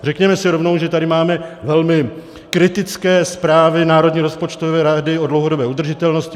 Řekněme si rovnou, že tady máme velmi kritické zprávy Národní rozpočtové rady o dlouhodobé udržitelnosti.